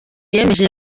yemeje